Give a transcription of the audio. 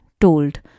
told